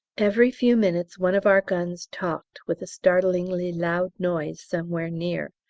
every few minutes one of our guns talked with a startlingly loud noise somewhere near,